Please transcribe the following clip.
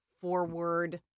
forward